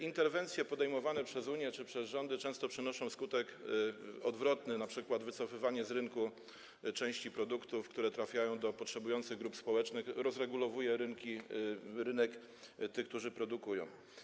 Interwencje podejmowane przez Unię czy przez rządy nierzadko przynoszą skutek odwrotny, np. wycofywanie z rynku części produktów, które trafiają do potrzebujących grup społecznych, rozregulowuje rynek tych, którzy produkują.